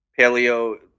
Paleo